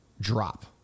drop